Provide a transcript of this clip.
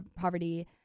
poverty